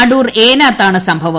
അടൂർ ഏനാത്താണ് സംഭവം